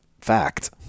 fact